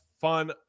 fun